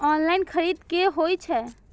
Online खरीद की होए छै?